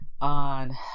on